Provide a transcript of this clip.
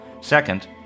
Second